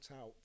out